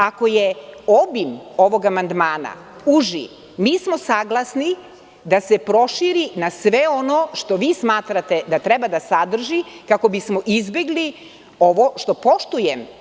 Ako je obim ovog amandmana uži, mi smo saglasni da se proširi na sve ono što vi smatrate da treba da sadrži, kako bismo izbegli ovo što poštujem.